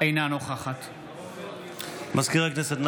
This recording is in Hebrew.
אינה נוכחת מזכיר הכנסת,